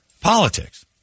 politics